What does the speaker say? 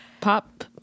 pop